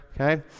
Okay